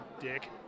dick